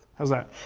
how's that?